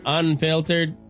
unfiltered